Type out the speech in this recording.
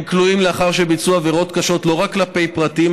הם כלואים לאחר שביצעו עבירות קשות לא רק כלפי פרטים,